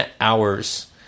hours